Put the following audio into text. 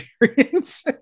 experience